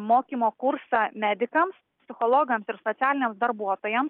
mokymo kursą medikams psichologams ir socialiniam darbuotojam